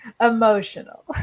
Emotional